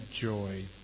joy